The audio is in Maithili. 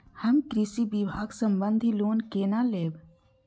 हम कृषि विभाग संबंधी लोन केना लैब?